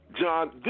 John